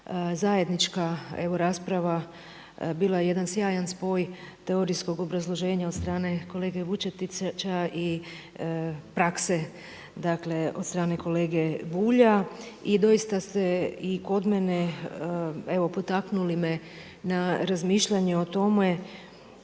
zajednička rasprava bila jedan sjajan spoj teorijskog obrazloženja od strane kolege Vučetića i prakse od strane kolege Bulja. I dosta ste kod mene potaknuli razmišljanje o tome